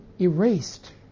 erased